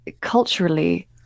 culturally